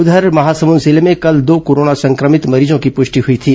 उधर महासमुंद जिले में कल दो कोरोना संक्रमित मरीजों की पुष्टि हुई थी